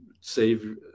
save